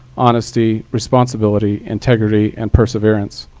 honesty, responsibility, integrity, and perseverance.